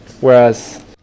Whereas